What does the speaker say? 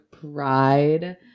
Pride